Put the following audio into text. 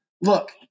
look